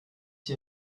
dir